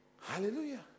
Hallelujah